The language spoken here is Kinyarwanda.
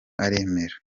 aremera